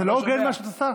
זה לא הוגן מה שאת עושה,